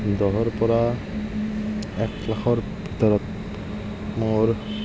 দহৰ পৰা একলাখৰ ভিতৰত মোৰ